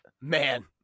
Man